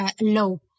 low